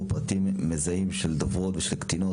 פרטים מזהים של דוברות ושל קטינות,